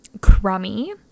Crummy